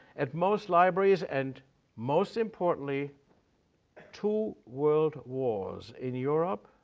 at most libraries, and most importantly two world wars in europe,